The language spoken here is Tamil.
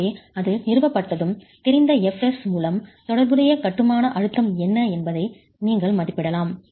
எனவே அது நிறுவப்பட்டதும் தெரிந்த fs மூலம் தொடர்புடைய கட்டுமான அழுத்தம் என்ன என்பதை நீங்கள் மதிப்பிடலாம்